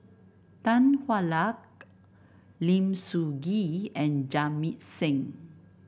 Tan Hwa Luck Lim Soo Ngee and Jamit Singh